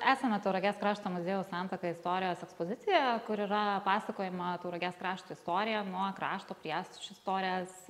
esame tauragės krašto muziejaus santaka istorijos ekspozicijoje kur yra pasakojama tauragės krašto istorija nuo krašto priešistorės